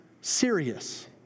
serious